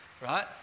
right